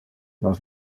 nos